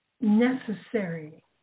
necessary